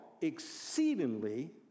exceedingly